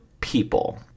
people